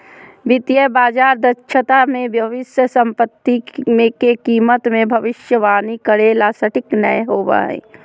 वित्तीय बाजार दक्षता मे भविष्य सम्पत्ति के कीमत मे भविष्यवाणी करे ला सटीक नय होवो हय